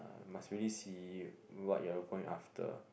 uh must really see what you are going after